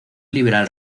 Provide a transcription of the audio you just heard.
liberal